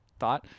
thought